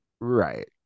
Right